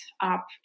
up